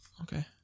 Okay